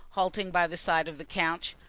halting by the side of the couch.